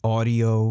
Audio